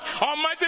Almighty